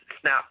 Snap